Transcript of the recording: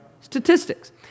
statistics